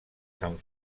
sant